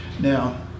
Now